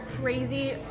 crazy